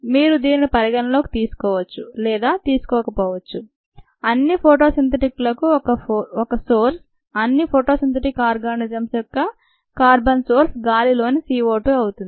మీరు దీనిని పరిగణనలోకి తీసుకోవచ్చు లేదా తీసుకోకపోవచ్చు అన్ని అన్ని ఫొటో సింథటిక్ లకు ఒక సోర్స్ అన్ని ఫొటో సింథటిక్ ఆర్గనిజమ్స్ యొక్క కార్బన్ సోర్స్ గాలి లోని CO2 అవుతుంది